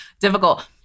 difficult